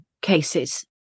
cases